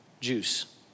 juice